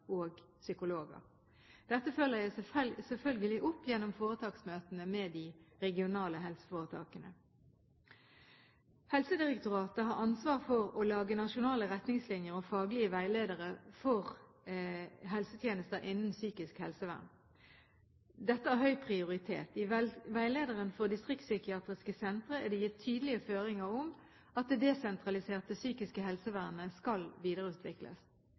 og psykologer. Dette følger jeg selvfølgelig opp gjennom foretaksmøtene med de regionale helseforetakene. Helsedirektoratet har ansvar for å lage nasjonale retningslinjer og faglige veiledere for helsetjenester innen psykisk helsevern. Dette har høy prioritet. I veilederen for distriktspsykiatriske sentre er det gitt tydelige føringer om at det desentraliserte psykiske helsevernet skal videreutvikles.